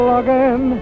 again